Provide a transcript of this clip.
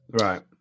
Right